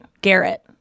Garrett